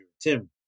Tim